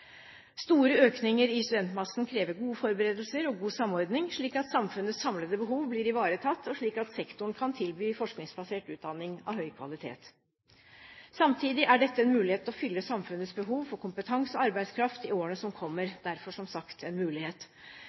Store økninger i studentmassen krever gode forberedelser og god samordning, slik at samfunnets samlede behov blir ivaretatt, og slik at sektoren kan tilby forskningsbasert utdanning av høy kvalitet. Samtidig er dette en mulighet til å fylle samfunnets behov for kompetanse og arbeidskraft i årene som kommer – derfor som sagt en mulighet.